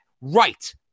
right